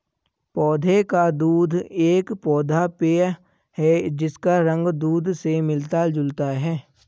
पौधे का दूध एक पौधा पेय है जिसका रंग दूध से मिलता जुलता है